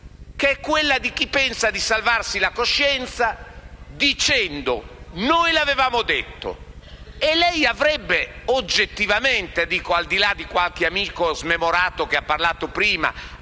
che è quella di chi pensa di salvarsi la coscienza dicendo «Noi l'avevamo detto», e lei avrebbe oggettivamente, al di là di qualche amico smemorato che ha parlato prima,